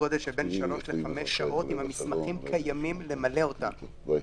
גדול של בין שלוש לחמש שעות למלא את המסמכים,